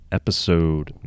episode